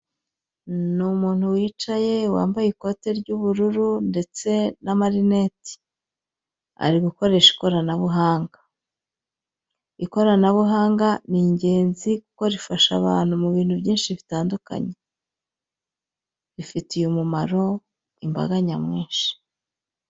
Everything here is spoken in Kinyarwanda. Ni umuntu wicaye wambaye ikote ry'ubururu ndetse na marinete, ari gukoresha ikoranabuhanga. Ikoranabuhanga ni ingenzi kuko rifasha abantu mu bintu byinshi bitandukanye rifitiye umumaro imbaga nyamwinshi.